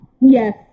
Yes